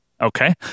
Okay